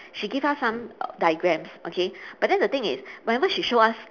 she give us some diagrams okay but then the thing is whenever she show us